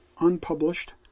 unpublished